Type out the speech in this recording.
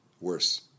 Worse